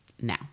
now